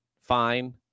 fine